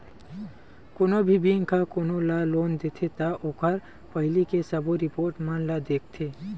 कोनो भी बेंक ह कोनो ल लोन देथे त ओखर पहिली के सबो रिपोट मन ल देखथे